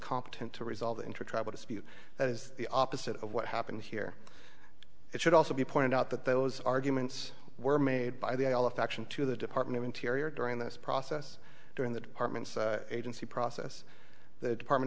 competent to resolve the intertribal dispute that is the opposite of what happened here it should also be pointed out that those arguments were made by the all affection to the department of interior during this process during the department's agency process the department